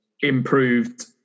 improved